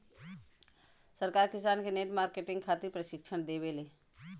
सरकार किसान के नेट मार्केटिंग खातिर प्रक्षिक्षण देबेले?